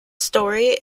story